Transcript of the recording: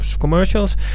commercials